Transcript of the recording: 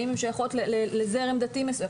האם הם שייכים לזרם דתי מסוים.